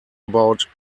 about